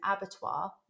abattoir